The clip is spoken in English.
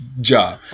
job